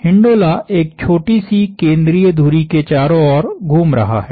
हिंडोला एक छोटी सी केंद्रीय धुरी के चारों ओर घूम रहा है